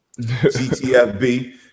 GTFB